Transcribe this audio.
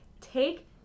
take